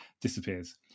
disappears